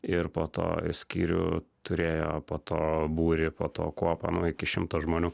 ir po to skyrių turėjo po to būrį po to kuopą nu iki šimto žmonių